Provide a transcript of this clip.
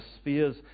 spheres